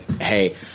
hey